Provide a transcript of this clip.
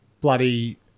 bloody